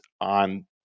on